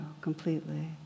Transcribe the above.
completely